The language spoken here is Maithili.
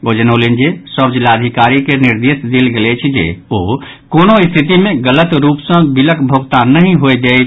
ओ जनौलनि जे सभ जिलाधिकारी के निर्देश देल गेल अछि जे ओ कोनो स्थिति मे गलत रूप सॅ बिलक भोगतान नहि होय दैथ